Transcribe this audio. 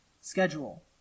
schedule